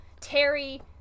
Terry